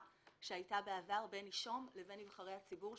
שהייתה בעבר בין נישום לבין נבחרי הציבור,